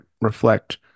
reflect